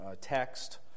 text